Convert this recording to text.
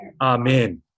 Amen